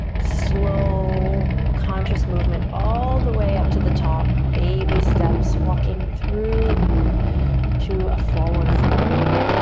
slow, conscious movement all the way up to the top, baby steps, walking through to a forward fold.